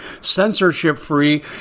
censorship-free